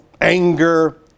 Anger